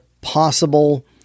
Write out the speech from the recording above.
possible